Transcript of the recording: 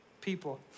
people